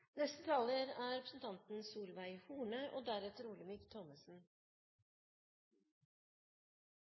Neste taler er representanten Olemic Thommessen.